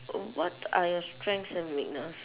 what are your strengths and weakness